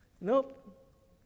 nope